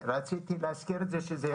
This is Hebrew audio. רציתי להזכיר את זה, שזה יירשם